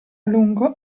lungo